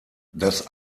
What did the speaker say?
das